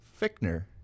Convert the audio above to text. Fickner